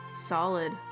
Solid